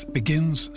begins